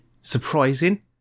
Surprising